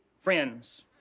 friends